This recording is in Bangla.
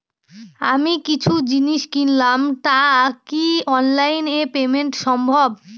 আমি কিছু জিনিস কিনলাম টা কি অনলাইন এ পেমেন্ট সম্বভ?